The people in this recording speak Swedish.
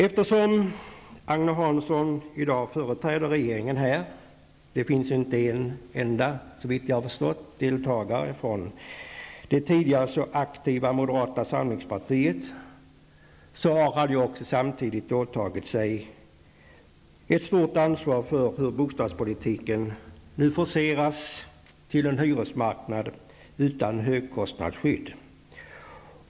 Eftersom Agne Hansson i dag företräder regeringen här -- såvitt jag har förstått finns det inte en enda deltagare från det tidigare så aktiva moderata samlingspartiet -- har han samtidigt åtagit ett stort ansvar för hur bostadspolitiken nu forceras till en hyresmarknad utan högkostnadsskydd.